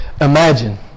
Imagine